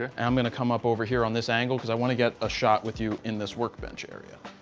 ah i'm going to come up over here on this angle because i want to get a shot with you in this workbench area.